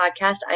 podcast